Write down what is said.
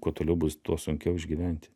kuo toliau bus tuo sunkiau išgyventi